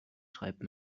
schreibt